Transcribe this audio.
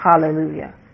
Hallelujah